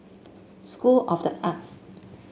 School of the Arts